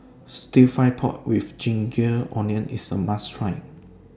Stir Fry Pork with Ginger Onions IS A must Try